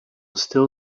still